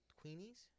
Queenie's